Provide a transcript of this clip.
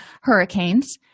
hurricanes